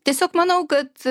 tiesiog manau kad